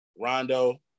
Rondo